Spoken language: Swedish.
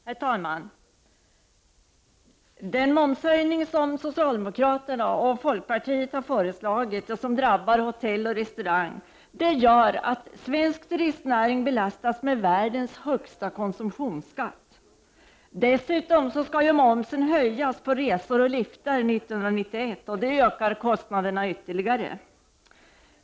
Herr talman! Den momshöjning som socialdemokraterna och folkpartiet har föreslagit och som drabbar hotell och restauranger gör att svensk turistnäring beslastas med världens högsta konsumtionsskatt. Dessutom skall momsen höjas på resor och liftar år 1991, och det ökar kostnaderna ytterligare.